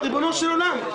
ריבונו של עולם,